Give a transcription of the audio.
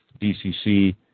DCC